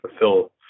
fulfill